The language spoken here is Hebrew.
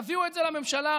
תביאו את זה לממשלה.